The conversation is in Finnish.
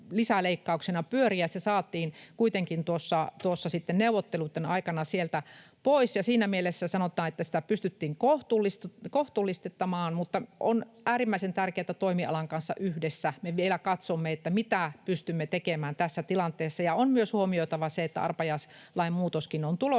lisäleikkauksena pyöri, ja se saatiin kuitenkin tuossa neuvotteluitten aikana sieltä pois. Siinä mielessä sanotaan, että sitä pystyttiin kohtuullistamaan. Mutta on äärimmäisen tärkeätä, että toimialan kanssa yhdessä me vielä katsomme, mitä pystymme tekemään tässä tilanteessa. On myös huomioitava se, että arpajaislain muutoskin on tulossa,